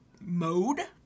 mode